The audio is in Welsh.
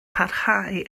parhau